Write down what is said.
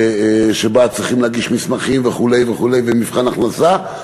שבה צריך להגיש מסמכים וכו' וכו' ולעבור מבחן הכנסה,